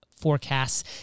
forecasts